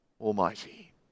Almighty